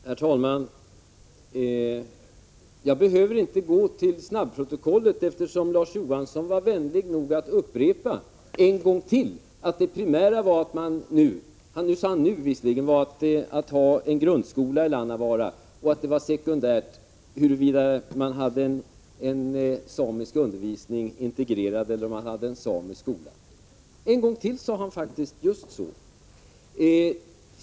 Herr talman! Jag behöver inte gå till snabbprotokollet, eftersom Larz Johansson var vänlig nog att upprepa än en gång att det primära var att nu ha en grundskola i Lannavaara och att det var sekundärt huruvida man hade en samisk undervisning integrerad eller om man hade en samisk skola. En gång till sade han faktiskt just så.